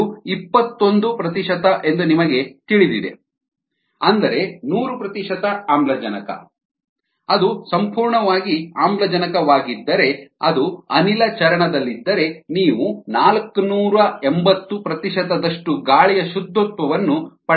ಇದು ಇಪ್ಪತ್ತೊಂದು ಪ್ರತಿಶತ ಎಂದು ನಿಮಗೆ ತಿಳಿದಿದೆ ಅಂದರೆ ನೂರು ಪ್ರತಿಶತ ಆಮ್ಲಜನಕ ಅದು ಸಂಪೂರ್ಣವಾಗಿ ಆಮ್ಲಜನಕವಾಗಿದ್ದರೆ ಅದು ಅನಿಲ ಚರಣ ದಲ್ಲಿದ್ದರೆ ನೀವು ನಾಲ್ಕನೂರ ಎಂಬತ್ತು ಪ್ರತಿಶತದಷ್ಟು ಗಾಳಿಯ ಶುದ್ಧತ್ವವನ್ನು ಪಡೆಯಬಹುದು